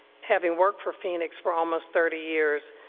having worked for phoenix for almost thirty years,